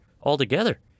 altogether